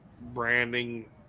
branding